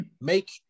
make